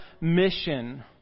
mission